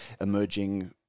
emerging